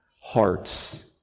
hearts